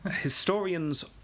Historians